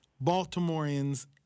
Baltimoreans